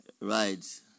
Right